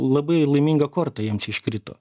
labai laiminga korta jiems iškrito